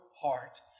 heart